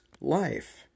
life